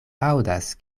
aŭdas